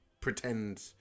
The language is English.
pretend